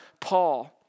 Paul